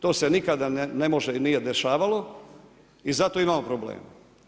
To se nikada ne može i nije dešavalo i zato imamo problema.